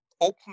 open